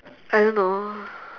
I don't know